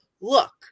look